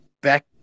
back